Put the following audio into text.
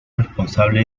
responsable